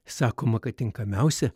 sakoma kad tinkamiausia